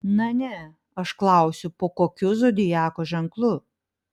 na ne aš klausiu po kokiu zodiako ženklu